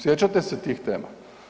Sjećate se tih tema?